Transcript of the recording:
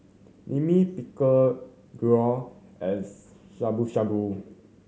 Lime Pickle Gyros and Shabu Shabu